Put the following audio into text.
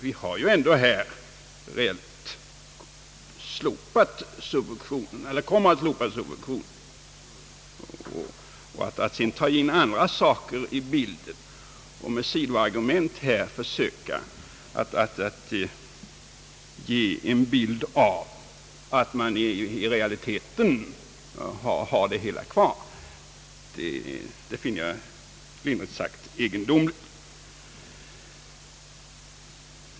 Vi kommer ju ändå att slopa subventionen. Att sedan föra in andra saker i resonemanget och med sidoargument söka ge en bild av att vi i realiteten har subventionerna kvar, finner jag, lindrigt sagt, egendomligt.